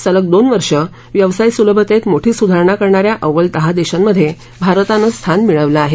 सलग दोन वर्ष व्यवसाय सुलभतेत मोठी सुधारणा करणा या अव्वल दहा देशांमध्ये भारतानं स्थान मिळवलं आहे